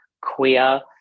queer